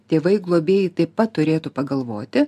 tėvai globėjai taip pat turėtų pagalvoti